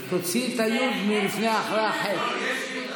אז תוציאי את היו"ד מאחרי החי"ת.